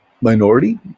minority